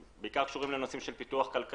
שהם בעיקר קשורים לנושאים של פיתוח כלכלי,